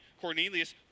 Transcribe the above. Cornelius